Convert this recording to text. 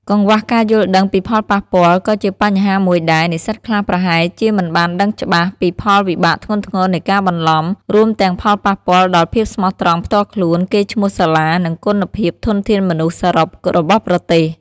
កង្វះការយល់ដឹងពីផលប៉ះពាល់ ក៏ជាបញ្ហាមួយដែរ និស្សិតខ្លះប្រហែលជាមិនបានដឹងច្បាស់ពីផលវិបាកធ្ងន់ធ្ងរនៃការបន្លំ រួមទាំងផលប៉ះពាល់ដល់ភាពស្មោះត្រង់ផ្ទាល់ខ្លួន កេរ្តិ៍ឈ្មោះសាលា និងគុណភាពធនធានមនុស្សសរុបរបស់ប្រទេស។